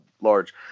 large